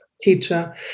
teacher